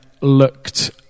looked